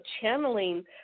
channeling